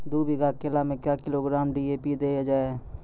दू बीघा केला मैं क्या किलोग्राम डी.ए.पी देले जाय?